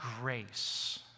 grace